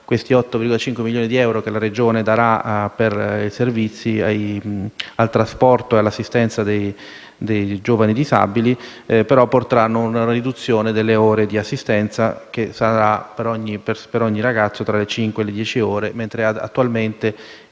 questi 8,5 milioni di euro che la Regione darà per i servizi al trasporto e all'assistenza dei giovani disabili porteranno a una riduzione delle ore di assistenza che, per ogni ragazzo, sarà tra le cinque e le dieci ore (attualmente